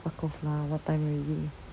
fuck off lah what time already